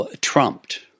trumped